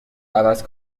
عوض